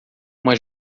uma